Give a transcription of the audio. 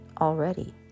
already